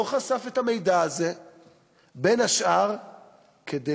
לא חשף את המידע הזה בין השאר כדי